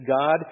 God